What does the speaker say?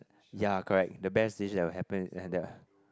ya correct the best dish that will happen that will